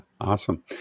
awesome